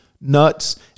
nuts